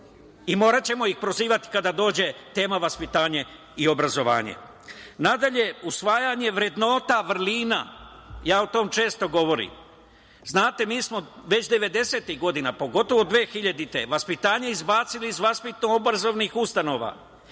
i moraćemo ih prozivati kada dođe tema vaspitanje i obrazovanje. Nadalje, usvajanje vrednosti, vrlina, a ja o tome često govorim. Znate, mi smo već 90-ih godina, pogotovo 2000. godine vaspitanje izbacili iz vaspitno-obrazovnih ustanova